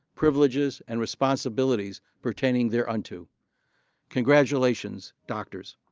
privileges, and responsibilities pertaining thereunto. congratulations, doctors.